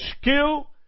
skill